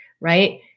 right